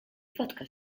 vodka